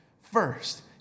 First